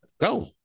go